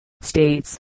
states